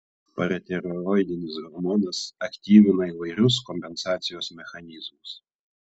paratireoidinis hormonas aktyvina įvairius kompensacijos mechanizmus